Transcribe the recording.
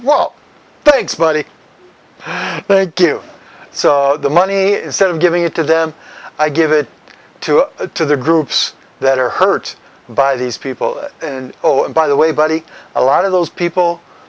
well thanks buddy thank you so the money instead of giving it to them i give it to to the groups that are hurt by these people over and by the way buddy a lot of those people